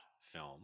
film